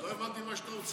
לא הבנתי מה שאתה רוצה להגיד,